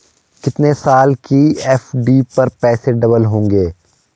कितने साल की एफ.डी पर पैसे डबल होंगे?